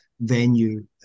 venue